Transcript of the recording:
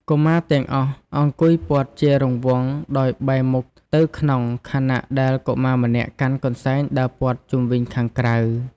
កុមារទាំងអស់អង្គុយព័ទ្ធជារង្វង់ដោយបែរមុខទៅក្នុង ខណៈដែលកុមារម្នាក់កាន់កន្សែងដើរព័ទ្ធជុំវិញខាងក្រៅ។